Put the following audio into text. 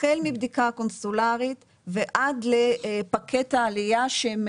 החל מבדיקה הקונסולרית ועד לפקט העלייה שהם